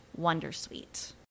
Wondersuite